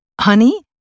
Honey